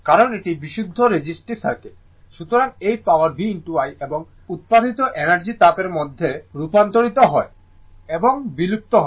সুতরাং এই power v i এবং উত্পাদিতproducedgenerated এনার্জি তাপ মধ্যে রূপান্তরিত হয় এবং বিলুপ্ত হয়